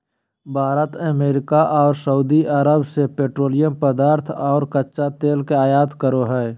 Bharat America आर Saudi Arab से petroleum पदार्थ आर कच्चा तेल के आयत करो हय